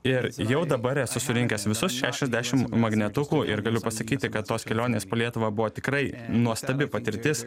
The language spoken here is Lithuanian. ir jau dabar esu surinkęs visus šešiasdešim magnetukų ir galiu pasakyti kad tos kelionės po lietuvą buvo tikrai nuostabi patirtis